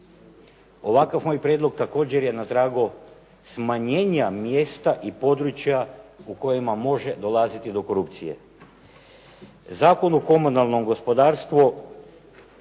Ovakav moj prijedlog također je na tragu smanjenja mjesta i područja u kojima može dolaziti do korupcije. Zakon o komunalnom gospodarstvu,